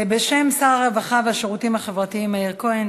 בשם שר הרווחה והשירותים החברתיים מאיר כהן,